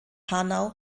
hanau